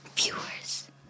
Viewers